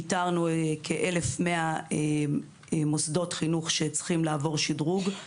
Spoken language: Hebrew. איתרנו כ-1,100 מוסדות חינוך שצריכים לעבור שדרוג.